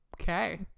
okay